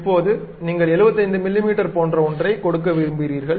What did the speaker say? இப்போது நீங்கள் 75 மில்லிமீட்டர் போன்ற ஒன்றைக் கொடுக்க விரும்புகிறீர்கள்